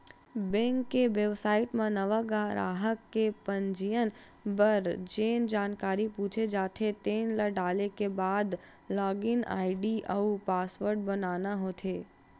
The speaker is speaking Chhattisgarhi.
बेंक के बेबसाइट म नवा गराहक के पंजीयन बर जेन जानकारी पूछे जाथे तेन ल डाले के बाद लॉगिन आईडी अउ पासवर्ड बनाना होथे